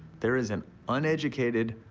there is an uneducated,